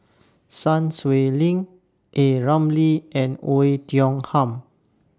Sun Xueling A Ramli and Oei Tiong Ham